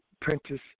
Prentice